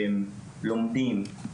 שהם לומדים,